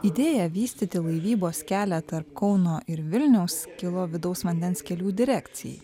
idėja vystyti laivybos kelią tarp kauno ir vilniaus kilo vidaus vandens kelių direkcijai